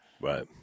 Right